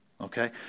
Okay